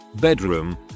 Bedroom